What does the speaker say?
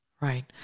Right